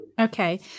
okay